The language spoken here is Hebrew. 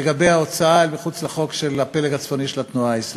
לגבי ההוצאה אל מחוץ לחוק של הפלג הצפוני של התנועה האסלאמית.